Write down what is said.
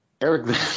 Eric